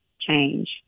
change